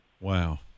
Wow